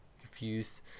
confused